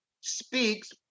speaks